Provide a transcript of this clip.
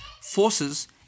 forces